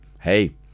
Hey